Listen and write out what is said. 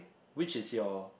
which is your